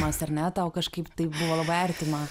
mes ar ne tau kažkaip tai buvo labai artima